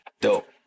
Dope